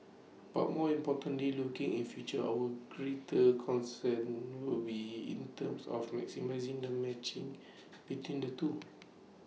but more importantly looking in future our greater concern will be in terms of maximising the matching between the two